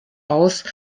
aus